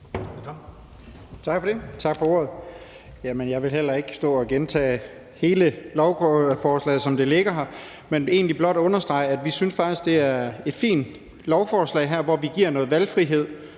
Bøgsted (DD): Tak for ordet. Jeg vil heller ikke stå og gentage hele lovforslaget, som det ligger her, men egentlig blot understrege, at vi faktisk synes, det er et fint lovforslag, hvor vi giver noget valgfrihed